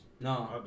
no